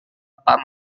pak